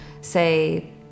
say